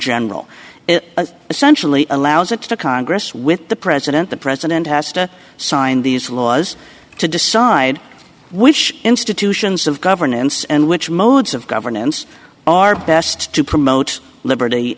general it essentially allows it to congress with the president the president has to sign these laws to decide which institutions of governance and which modes of governance are best to promote liberty